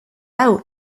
hau